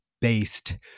based